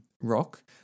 rock